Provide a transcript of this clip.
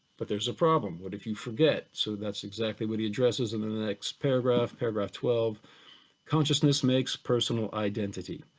but there's a problem, what if you forget? so that's exactly what he addresses in the next paragraph, paragraph twelve consciousness makes personal identity,